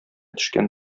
төшкән